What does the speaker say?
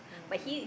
mm mm